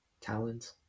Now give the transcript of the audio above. Talent